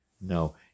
no